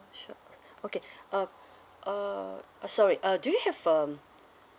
sure okay uh uh uh sorry uh do you have um